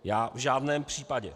Já v žádném případě.